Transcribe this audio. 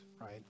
right